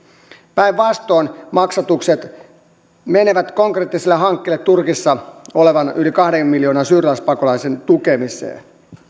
päinvastoin maksatukset menevät konkreettiselle hankkeelle turkissa olevan yli kahden miljoonan syyrialaispakolaisen tukemiseen